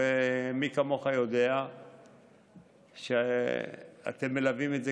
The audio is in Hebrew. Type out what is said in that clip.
הרי מי כמוך יודע אתם מלווים את זה